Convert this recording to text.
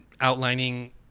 outlining